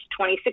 2016